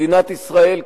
מדינת ישראל,